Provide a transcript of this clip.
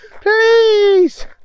please